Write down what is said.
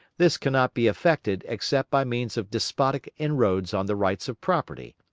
this cannot be effected except by means of despotic inroads on the rights of property,